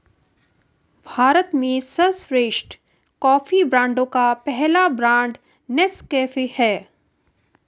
भारत में सर्वश्रेष्ठ कॉफी ब्रांडों का पहला ब्रांड नेस्काफे है